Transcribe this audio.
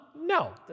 No